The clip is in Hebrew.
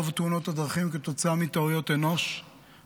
רוב תאונות הדרכים הן כתוצאה מטעויות אנוש,